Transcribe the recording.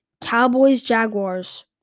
Cowboys-Jaguars